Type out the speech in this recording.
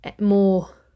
more